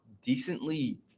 decently